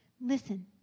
Listen